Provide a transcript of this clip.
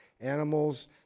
animals